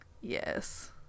Yes